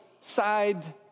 side